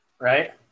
Right